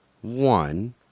one